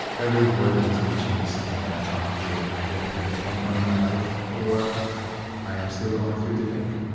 every word he's mentioned is something that i've gone through it either at one point in my life or i am still going through today.